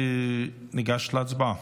ניגש להצבעה.